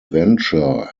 venture